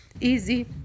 easy